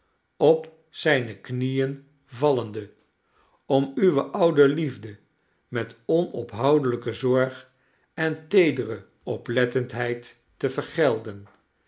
op zijne knieen vallende om uwe oude liefde met onophoudelijke zorg en teedere oplettendheid te vergelden